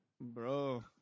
Bro